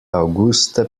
auguste